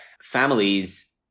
families